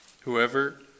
whoever